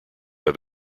have